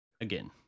Again